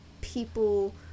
people